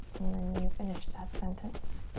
and then you finish that sentence.